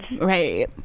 Right